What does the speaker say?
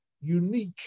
unique